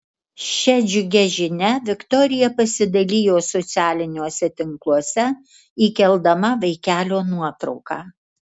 šia džiugia žinia viktorija pasidalijo socialiniuose tinkluose įkeldama vaikelio nuotrauką